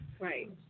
Right